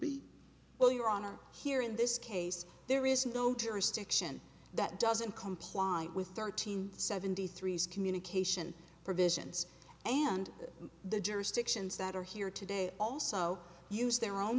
be well your honor here in this case there is no jurisdiction that doesn't comply with thirteen seventy three is communication provisions and the jurisdictions that are here today also use their own